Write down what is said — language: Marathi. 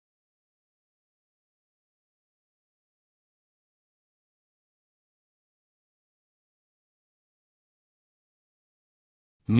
आता बोल्ट वापरण्यापूर्वी आपण त्याचे फायदे आणि तोटे काय आहेत ते पाहू